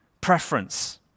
preference